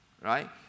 Right